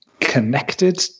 connected